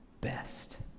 best